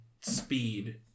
speed